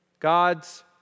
God's